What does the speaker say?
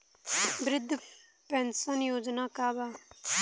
वृद्ध पेंशन योजना का बा?